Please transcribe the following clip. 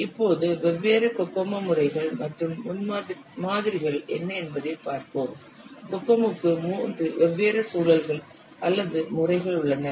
இப்போது வெவ்வேறு கோகோமோ முறைகள் மற்றும் மாதிரிகள் என்ன என்பதைப் பார்ப்போம் கோகோமோவுக்கு 3 வெவ்வேறு சூழல்கள் அல்லது முறைகள் உள்ளன